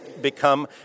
become